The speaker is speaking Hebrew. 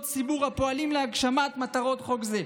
ציבור הפועלים להגשמת מטרות חוק זה,